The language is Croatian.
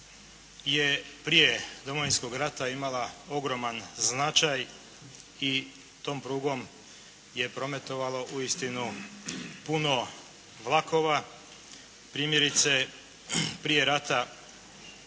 je prije Domovinskog rata imala ogroman značaj i tom prugom je prometovalo uistinu puno vlakova. Primjerice prije rata